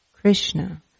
Krishna